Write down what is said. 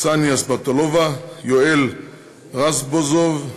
קסניה סבטלובה, יואל רזבוזוב,